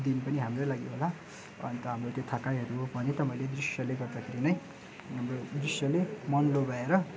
दिन पनि हाम्रै लागि होला अन्त हाम्रो त्यो थकाइहरू भने त मैले दृश्यले गर्दाखेरि नै हाम्रो दृश्यले मन लोभ्याएर